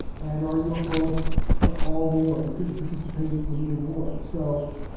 and are you opposed to all war? you couldn't participate in any war? so,